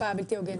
השפעה בלתי הוגנת.